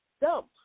dump